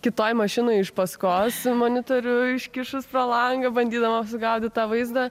kitoj mašinoj iš paskos monitorių iškišus pro langą bandydama sugaudyt tą vaizdą